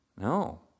No